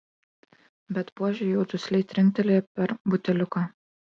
bet buožė jau dusliai trinktelėjo per buteliuką